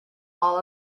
all